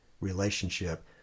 relationship